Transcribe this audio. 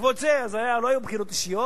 ובעקבות זה, לא היו אז בחירות אישיות,